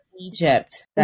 Egypt